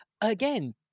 again